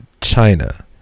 China